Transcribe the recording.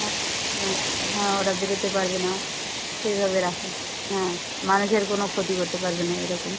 হ্যাঁ ও হ্যাঁ ওরা বেরোতে পারবে না সেভাবে রাখার হ্যাঁ মানুষের কোনো ক্ষতি করতে পারবে না এরকম